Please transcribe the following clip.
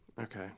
Okay